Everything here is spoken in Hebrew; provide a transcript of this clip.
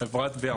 חברת V-armed,